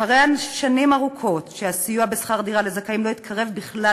אחרי שנים ארוכות שהסיוע בשכר דירה לזכאים לא התקרב בכלל